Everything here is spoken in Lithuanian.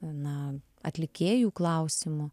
na atlikėjų klausimu